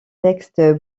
textes